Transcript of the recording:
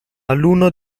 alunno